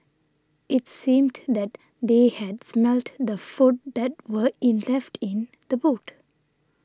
it seemed that they had smelt the food that were in left in the boot